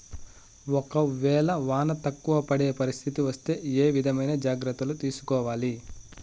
ఒక వేళ వాన తక్కువ పడే పరిస్థితి వస్తే ఏ విధమైన జాగ్రత్తలు తీసుకోవాలి?